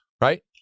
right